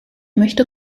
möchte